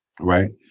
right